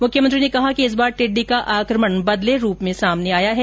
मुख्यमंत्री ने कहा कि इस बार टिड्डी का आकमण बदले रूप में सामने आया है